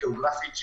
אנחנו